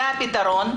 זה הפתרון',